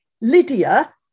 Lydia